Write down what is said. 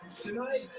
Tonight